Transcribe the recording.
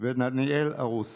ודניאל ארוסה.